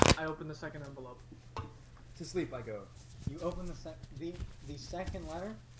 i open the second envelope to sleep i go you open the second the the second letter